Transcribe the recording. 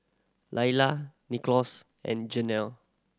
Laylah Nicklaus and Geno